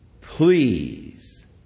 please